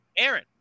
Aaron